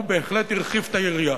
הוא באמת הרחיב את היריעה.